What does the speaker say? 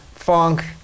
Funk